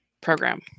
program